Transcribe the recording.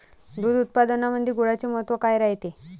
दूध उत्पादनामंदी गुळाचे महत्व काय रायते?